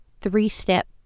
three-step